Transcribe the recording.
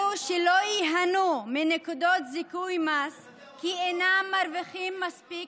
אלו שלא ייהנו מנקודת זיכוי מס כי אינם מרוויחים מספיק,